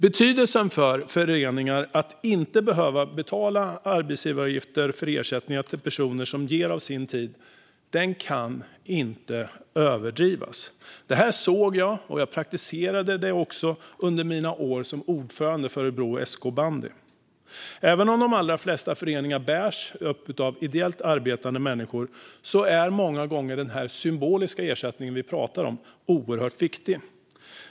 Betydelsen för föreningar att inte behöva betala arbetsgivaravgifter för ersättningar till personer som ger av sin tid kan inte överdrivas. Detta upplevde jag under mina år som ordförande för Örebro SK Bandy. Även om de allra flesta föreningar bärs upp av ideellt arbetande människor är många gånger den symboliska ersättning vi pratar om mycket viktig.